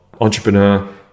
entrepreneur